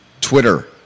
Twitter